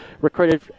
recruited